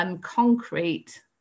concrete